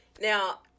Now